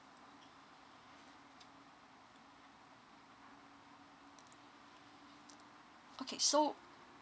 okay so